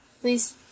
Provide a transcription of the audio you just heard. Please